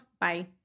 Bye